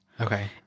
Okay